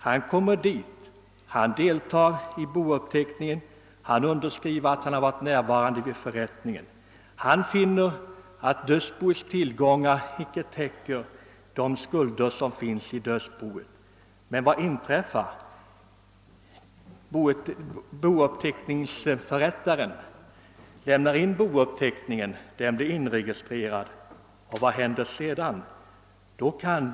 Han kommer dit, han deltar i bouppteckningen, han skriver under att han varit närvarande vid förrättningen. Han finner att dödsboets tillgångar inte täcker de skulder som finns i dödsboet. Vad inträffar då? Bouppteckningsförrättaren lämnar in bouppteckningen för inregistrering. Vad händer sedan?